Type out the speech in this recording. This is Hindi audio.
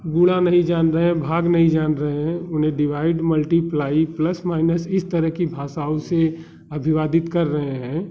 गुणा नहीं जान रहे है भाग नहीं जान रहे हैं उन्हें डिवाइड मल्टीप्लाइ प्लस माइनस इस तरह की भाषाओं से अभिवादित कर रहे हैं